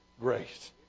grace